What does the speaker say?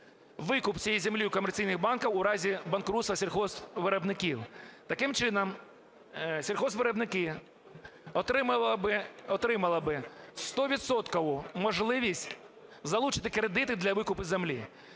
викуп цієї землі у комерційних банків в разі банкрутства сільгоспвиробників. Таким чином сільгоспвиробники отримали би стовідсоткову можливість залучити кредити для викупу землі.